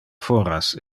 foras